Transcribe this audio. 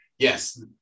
Yes